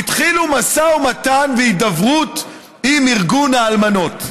התחילו במשא ומתן והידברות עם ארגון האלמנות,